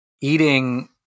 eating